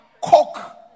Coke